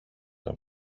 τον